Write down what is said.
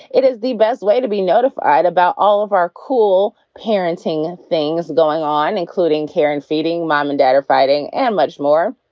it is the best way to be notified about all of our cool parenting things going on, including care and feeding. mom and dad are fighting and much more.